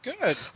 Good